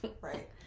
Right